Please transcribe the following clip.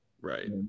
Right